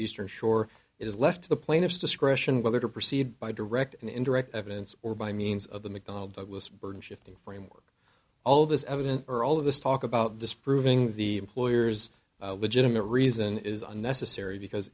eastern shore is left to the plaintiff's discretion whether to proceed by direct and indirect evidence or by means of the mcdonnell douglas burden shifting framework all this evidence or all of this talk about disproving the lawyers legitimate reason is unnecessary because